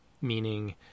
meaning